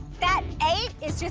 that eight is